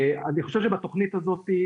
אני חושב שבתוכנית הזאת,